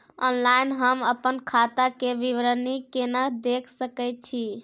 Online हम अपन खाता के विवरणी केना देख सकै छी?